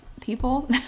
people